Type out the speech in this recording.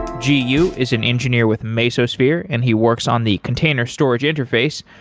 jie yu is an engineer with mesosphere and he works on the container storage interface.